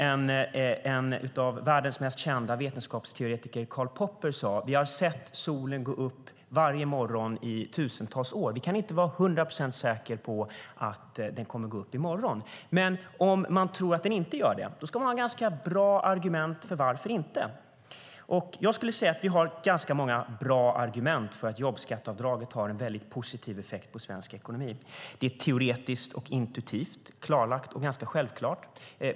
En av världens mest kända vetenskapsteoretiker Karl Popper sade: Vi har sett solen gå upp varje morgon i tusentals år. Vi kan inte vara hundra procent säkra på att den kommer att gå upp i morgon. Men om man tror att den inte gör det ska man ha ganska bra argument för varför den inte gör det. Jag skulle vilja säga att vi har ganska många bra argument för att jobbskatteavdraget har en mycket positiv effekt på svensk ekonomi. Det är teoretiskt och intuitivt klarlagt och ganska självklart.